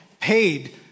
paid